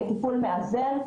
כטיפול מאזן,